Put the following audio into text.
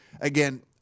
again